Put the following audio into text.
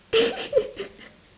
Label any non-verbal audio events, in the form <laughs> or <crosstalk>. <laughs>